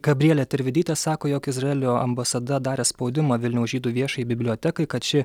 gabrielė tervidytė sako jog izraelio ambasada darė spaudimą vilniaus žydų viešajai bibliotekai kad ši